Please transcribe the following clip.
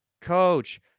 Coach